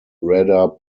radar